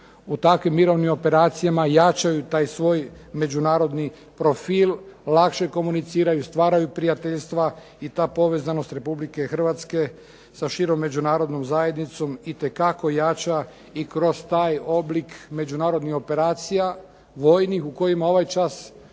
u takvim mirovnim operacijama jačaju taj svoj međunarodni profil, lakše komuniciraju, stvaraju prijateljstva. I ta povezanost Republike Hrvatske sa širom međunarodnom zajednicom itekako jača i kroz taj oblik međunarodnih operacija, vojnih u kojem ovaj čas